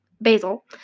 basil